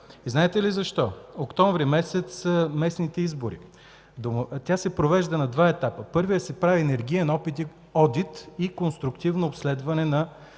Знаете ли защо? През месец октомври са местните избори. Тя се провежда на два етапа. Първия се прави енергиен одит и конструктивно обследване на